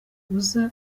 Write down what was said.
uza